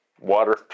water